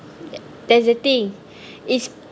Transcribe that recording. that's the thing is